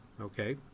okay